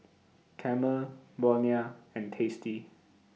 Camel Bonia and tasty